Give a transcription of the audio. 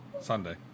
Sunday